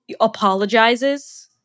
apologizes